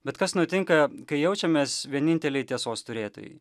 bet kas nutinka kai jaučiamės vieninteliai tiesos turėtojai